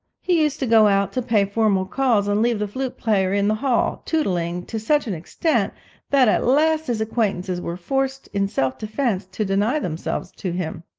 he used to go out to pay formal calls, and leave the flute-player in the hall, tootling to such an extent that at last his acquaintances were forced in self-defence to deny themselves to him.